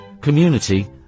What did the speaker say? community